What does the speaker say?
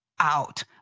out